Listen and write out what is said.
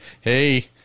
Hey